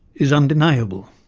is undeniable'.